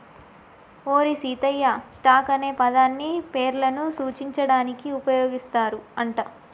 ఓరి సీతయ్య, స్టాక్ అనే పదాన్ని పేర్లను సూచించడానికి ఉపయోగిస్తారు అంట